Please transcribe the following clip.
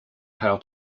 how